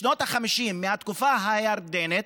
משנות ה-50, מהתקופה הירדנית,